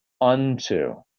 unto